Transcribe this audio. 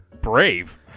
Brave